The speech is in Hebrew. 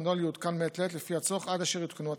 והנוהל יעודכן מעת לעת לפי הצורך עד אשר יותקנו התקנות.